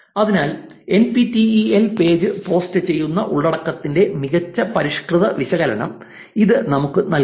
അതിനാൽ N P T E L page പോസ്റ്റുചെയ്യുന്ന ഉള്ളടക്കത്തിന്റെ മികച്ച പരിഷ്കൃത വിശകലനം ഇത് നമുക്ക് നൽകുന്നു